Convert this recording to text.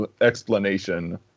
explanation